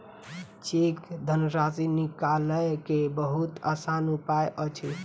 cheque धनराशि निकालय के बहुत आसान उपाय अछि